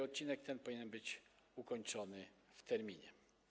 Odcinek ten powinien być ukończony w terminie.